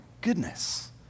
goodness